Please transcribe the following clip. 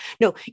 no